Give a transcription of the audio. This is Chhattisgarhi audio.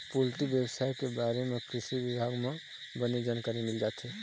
पोल्टी बेवसाय के बारे म कृषि बिभाग म बने जानकारी मिल जाही